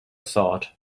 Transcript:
thought